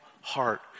heart